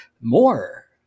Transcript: more